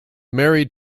married